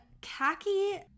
khaki